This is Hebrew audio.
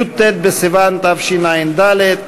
י"ט בסיוון תשע"ד,